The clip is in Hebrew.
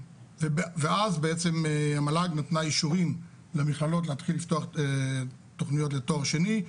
ואז בעצם המל"ג נתנה אישורים למכללות להתחיל לפתוח תוכניות לתואר שני.